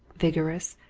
vigorous,